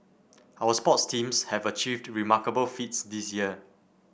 our sports teams have achieved remarkable feats this year